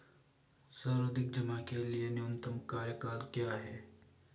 सावधि जमा के लिए न्यूनतम कार्यकाल क्या है?